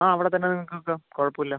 ആ അവിടെത്തന്നെ നിങ്ങൾക്ക് വയ്ക്കാം കുഴപ്പമില്ല